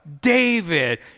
David